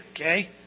okay